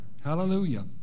Hallelujah